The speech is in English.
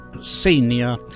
senior